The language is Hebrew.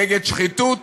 נגד שחיתות,